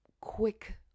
quick